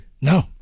No